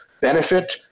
benefit